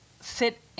sit